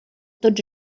tots